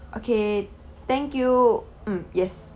okay thank you mm yes